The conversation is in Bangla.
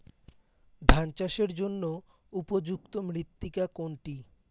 ধান চাষের জন্য উপযুক্ত মৃত্তিকা কোনটি?